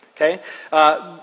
okay